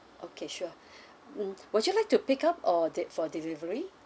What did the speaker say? okay sure mm would you like to pick up or de~ for delivery